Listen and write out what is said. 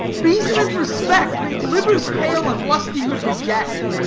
reason and respect make livers pale and lustihood deject.